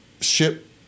ship